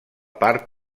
part